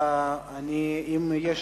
אם יש